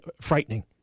frightening